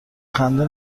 خنده